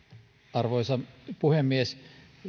arvoisa puhemies